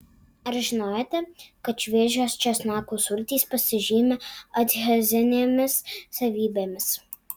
ar žinojote kad šviežios česnakų sultys pasižymi adhezinėmis savybėmis